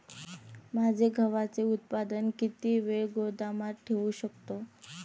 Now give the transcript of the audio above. माझे गव्हाचे उत्पादन किती वेळ गोदामात ठेवू शकतो?